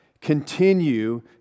continue